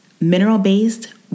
mineral-based